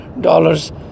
dollars